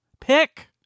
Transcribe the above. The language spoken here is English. Pick